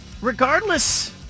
Regardless